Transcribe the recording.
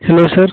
hello sir